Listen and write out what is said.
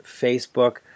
Facebook